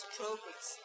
progress